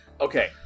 Okay